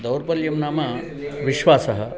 दौर्बल्यं नाम विश्वासः